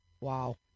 Wow